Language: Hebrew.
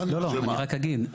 אני רק אגיד,